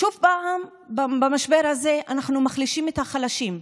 שוב במשבר הזה אנחנו מחלישים את החלשים,